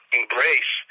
embrace